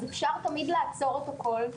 אפשר תמיד לעצור את הכול,